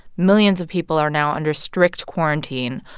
millions of people are now under strict quarantine,